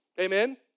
Amen